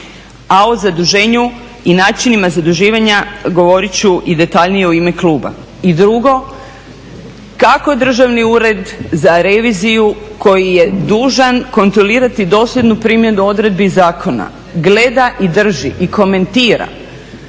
A o zaduženju i načinima zaduživanja govoriti ću i detaljnije u ime kluba. I drugo, kako državni Ured za reviziju koji je dužan kontrolirati dosljednu primjenu odredbi zakona gleda i drži i komentira